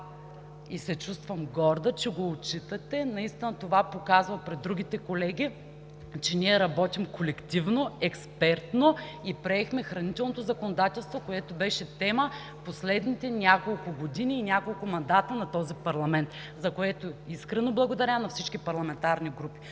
Чувствам се горда, че отчитате това. Това показва пред другите колеги, че ние работим колективно, експертно и приехме хранителното законодателство, което беше тема в последните няколко години и няколко мандата на този парламент, за което искрено благодаря на всички парламентарни групи.